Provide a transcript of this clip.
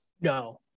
No